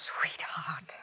Sweetheart